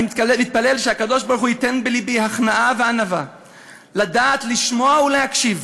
אני מתפלל שהקדוש-ברוך-הוא ייתן בלבי הכנעה וענווה לדעת לשמוע ולהקשיב